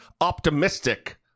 optimistic